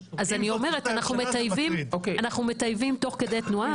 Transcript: אנחנו מטייבים תוך כדי תנועה,